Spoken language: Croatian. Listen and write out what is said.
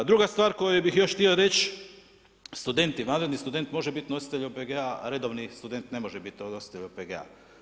A druga stvar koju bih još htio reći student, vanredni student može bit nositelj OPG-a, a redovni student ne može nositelj OPG-a.